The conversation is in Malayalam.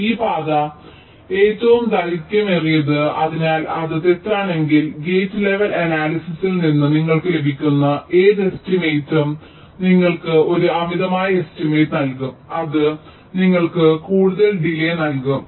അതിനാൽ ഈ പാത ഏറ്റവും ദൈർഘ്യമേറിയതാണ് അതിനാൽ അത് തെറ്റാണെങ്കിൽ ഗേറ്റ് ലെവൽ അനാലിസിസിൽ നിന്ന് നിങ്ങൾക്ക് ലഭിക്കുന്ന ഏത് എസ്റ്റിമേറ്റും നിങ്ങൾക്ക് ഒരു അമിതമായ എസ്റ്റിമേറ്റ് നൽകും അത് നിങ്ങൾക്ക് കൂടുതൽ ഡിലേയ് നൽകും